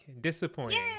Disappointing